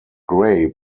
gray